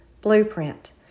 Blueprint